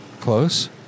close